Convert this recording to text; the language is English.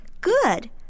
Good